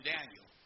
Daniel